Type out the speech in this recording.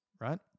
right